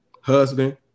husband